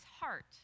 heart